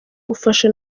gufasha